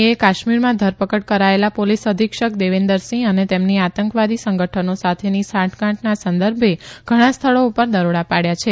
એ એ કાશ્મીરમાં ધર કડ કરાયેલા ોલીસ અધિક્ષક દેવિન્દરસિંહ અને તેમની આતંકવાદી સંગઠનો સાથેની સાંઠગાઠના સંદર્ભે ઘણા સ્થળો ર દરોડા ાડ્યા છે